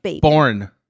born